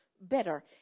Better